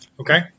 Okay